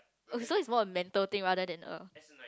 oh so is more a mental thing rather than a